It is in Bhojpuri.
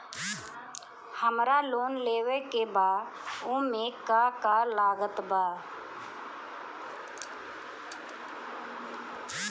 हमरा लोन लेवे के बा ओमे का का लागत बा?